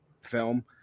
film